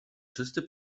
czysty